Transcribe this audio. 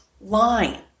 line